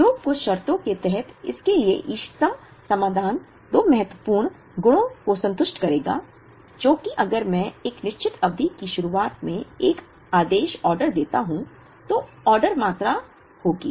तो कुछ शर्तों के तहत इस के लिए इष्टतम समाधान दो महत्वपूर्ण गुणों को संतुष्ट करेगा जो कि अगर मैं एक निश्चित अवधि की शुरुआत में एक आदेश देता हूं तो आदेश मात्रा होगी